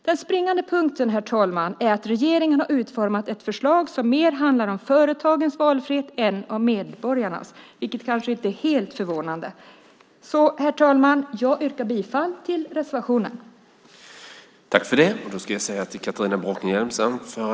Den springande punkten, herr talman, är att regeringen har utformat ett förslag som mer handlar om företagens valfrihet än om medborgarnas valfrihet, vilket kanske inte är helt förvånande. Herr talman! Jag yrkar bifall till reservationen i betänkandet.